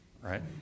right